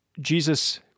Jesus